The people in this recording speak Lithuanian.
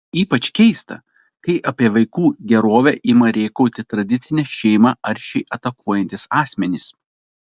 ypač keista kai apie vaikų gerovę ima rėkauti tradicinę šeimą aršiai atakuojantys asmenys